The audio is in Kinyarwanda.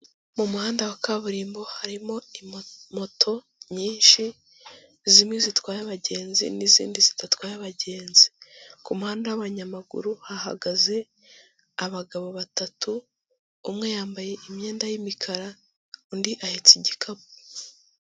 Mu muhanda wa kaburimbo harimo moto nyinshi zimwe zitwaye abagenzi n'izindi zidatwaye abagenzi, ku muhanda w'abanyamaguru hahagaze abagabo batatu, umwe yambaye imyenda y'imikara undi ahetse igikapu.